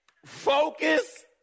Focus